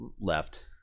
left